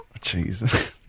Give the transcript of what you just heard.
Jesus